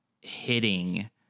hitting